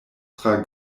tra